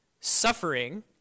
suffering